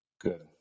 Good